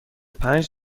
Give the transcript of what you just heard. پنج